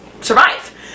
survive